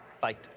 fight